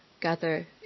gather